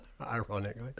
ironically